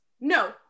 No